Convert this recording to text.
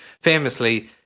famously